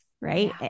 Right